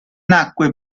nacque